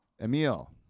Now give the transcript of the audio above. Emil